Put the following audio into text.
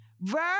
Verse